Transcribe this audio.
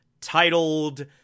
titled